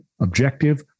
objective